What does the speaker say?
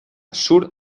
sur